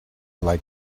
like